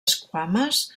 esquames